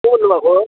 को बोल्नुभएको